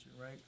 right